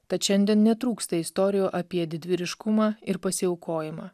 tad šiandien netrūksta istorijų apie didvyriškumą ir pasiaukojimą